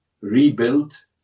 rebuilt